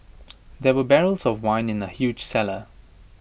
there were barrels of wine in the huge cellar